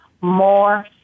more